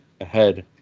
ahead